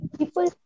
People